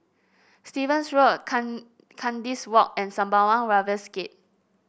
Stevens Road Kan Kandis Walk and Sembawang Wharves Gate